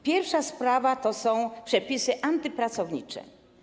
Pierwsza sprawa to są przepisy antypracownicze.